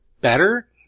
better